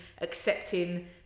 accepting